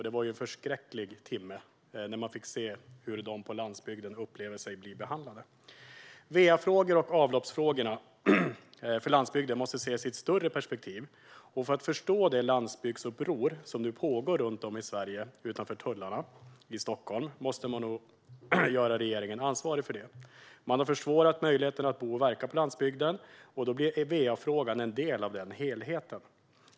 Det var en förskräcklig timme då man fick se hur de på landsbygden upplever sig bli behandlade. Va och avloppsfrågorna för landsbygden måste ses i ett större perspektiv. Det landsbygdsuppror som nu pågår runt om i Sverige, utanför tullarna i Stockholm, måste man nog göra regeringen ansvarig för. Man har försvårat möjligheten att bo och verka på landsbygden, och då blir va-frågan en del av helheten.